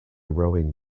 rowing